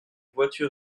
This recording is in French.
voiture